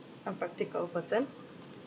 a practical person